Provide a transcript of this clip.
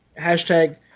Hashtag